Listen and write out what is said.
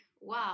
wow